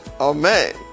Amen